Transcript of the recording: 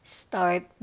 start